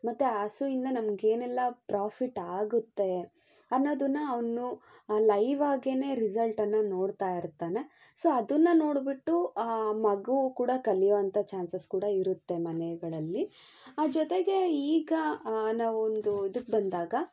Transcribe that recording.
ಮತ್ತು ಹಸುಯಿಂದ ನಮ್ಗೆ ಏನೆಲ್ಲ ಪ್ರಾಫಿಟ್ ಆಗುತ್ತೆ ಅನ್ನೋದನ್ನು ಅವನು ಲೈವಾಗೆ ರಿಸಲ್ಟನ್ನು ನೋಡ್ತಾ ಇರ್ತಾನೆ ಸೊ ಅದನ್ನು ನೋಡಿಬಿಟ್ಟು ಮಗು ಕೂಡ ಕಲಿಯುವಂತಹ ಚಾನ್ಸಸ್ ಕೂಡ ಇರುತ್ತೆ ಮನೆಗಳಲ್ಲಿ ಜೊತೆಗೆ ಈಗ ನಾವೊಂದು ಇದಕ್ಕೆ ಬಂದಾಗ